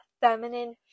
feminine